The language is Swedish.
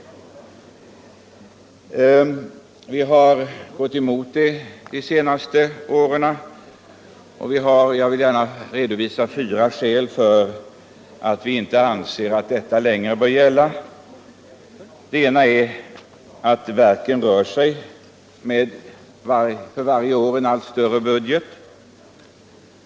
Vi har de senaste åren gått emot detta och jag vill redovisa fyra skäl för att vi inte anser att detta längre bör gälla. För det första rör sig verken med en för varje år allt större budget.